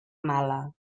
mala